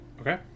Okay